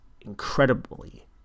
incredibly